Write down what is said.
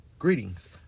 Greetings